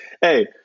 Hey